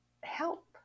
help